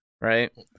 right